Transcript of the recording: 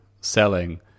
selling